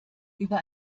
über